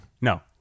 No